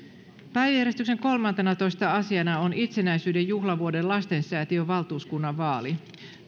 päiväjärjestyksen kolmantenatoista asiana on itsenäisyyden juhlavuoden lastensäätiön valtuuskunnan vaali